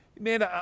Man